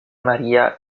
maria